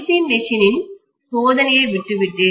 C மெஷினின்இயந்திரத்தின் சோதனையை விட்டுவிட்டேன்